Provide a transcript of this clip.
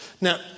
now